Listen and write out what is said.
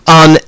on